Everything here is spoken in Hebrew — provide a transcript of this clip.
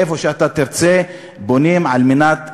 איפה שאתה תרצה בונים על מנת לגור,